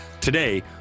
Today